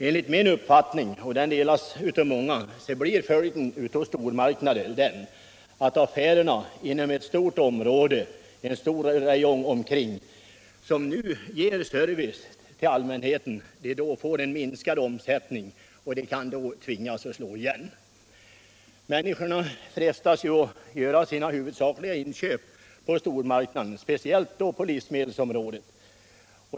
Enligt min uppfattning — och den delas av många — blir följden av stormarknader den att affärer inom stora räjonger omkring dessa stormarknader, affärer som nu ger service åt allmänheten, får minskad omsättning och kan tvingas slå igen. Människor frestas ju att göra sina huvudsakliga inköp på stormarknaderna, speciellt när det gäller livsmedel.